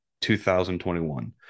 2021